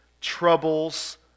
troubles